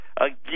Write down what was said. Again